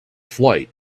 flight